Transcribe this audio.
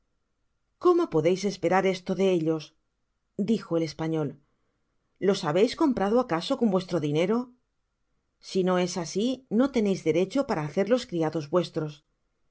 cómo podeis esperar esto de ellos dijo el español los habeis comprado ácáso con vuestro dinero si no es así no teneis derecho para hacerlos criados vuestros